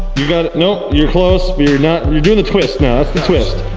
you got it. nope, you're close. but you're not, you're doing the twist. no, that's the twist.